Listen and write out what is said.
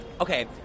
okay